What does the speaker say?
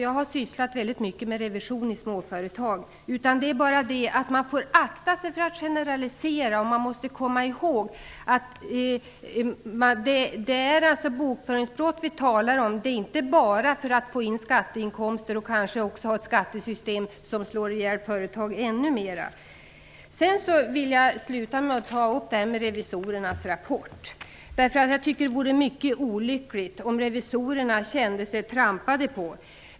Jag har sysslat mycket med revision i småföretag. Men man får akta sig för att generalisera och man måste komma ihåg att vi talar om bokföringsbrott. Det handlar inte bara om att få in skatteinkomster och att ha ett skattesystem som slår ihjäl ännu flera företag. Avslutningsvis vill jag säga några ord om revisorernas rapport. Jag tycker att det vore mycket olyckligt om revisorerna kände sig påtrampade.